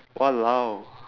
!walao!